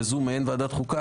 וזו מעין ועדת חוקה,